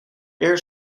air